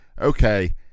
okay